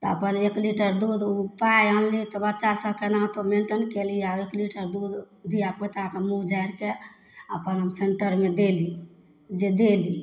तऽ अपन एक लीटर दूध ओ पाइ आनली तऽ बच्चा सब केनाके मेन्टेन केली आर अपने सब दूध धिआपुताके मुँह झड़िकाके अपन हम सेन्टरमे देली जे देली